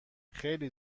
خیلی